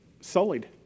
sullied